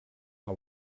but